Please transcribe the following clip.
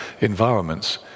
environments